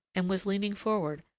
and was leaning forward,